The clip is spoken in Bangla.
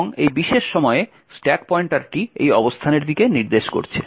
এবং এই বিশেষ সময়ে স্ট্যাক পয়েন্টারটি এই অবস্থানের দিকে নির্দেশ করছে